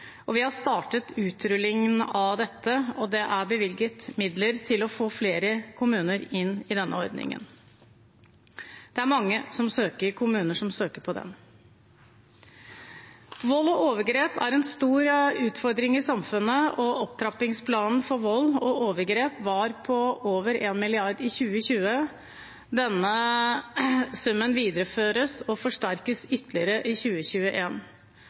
Vi har startet utrullingen av dette, og det er bevilget midler for å få flere kommuner inn i denne ordningen. Det er mange kommuner som søker på den. Vold og overgrep er en stor utfordring i samfunnet, og opptrappingsplanen mot vold og overgrep var på over 1 mrd. kr i 2020. Denne summen videreføres og forsterkes ytterligere i